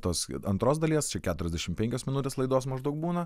tos antros dalies čia keturiasdešimt penkios minutės laidos maždaug būna